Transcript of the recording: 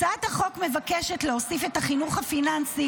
הצעת החוק מבקשת להוסיף את החינוך הפיננסי